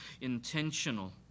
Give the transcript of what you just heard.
intentional